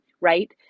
right